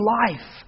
life